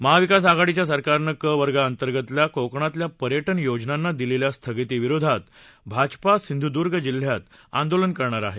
महाविकास आघाडीच्या सरकारनं क वर्गाअंतर्गतच्या कोकणातल्या पर्यटन योजनांना दिलेल्या स्थगितीविरोधात भाजपा सिंधुद्र्ग जिल्हात आंदोलन करणार आहे